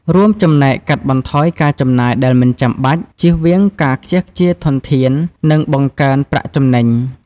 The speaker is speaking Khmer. រួមចំណែកកាត់បន្ថយការចំណាយដែលមិនចាំបាច់ ជៀសវាងការខ្ជះខ្ជាយធនធាន និងបង្កើនប្រាក់ចំណេញ។